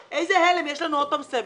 איזה הלם, יש לנו עוד פעם סבב.